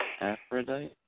Aphrodite